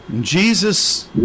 Jesus